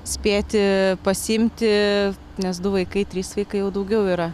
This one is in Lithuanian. spėti pasiimti nes du vaikai trys vaikai jau daugiau yra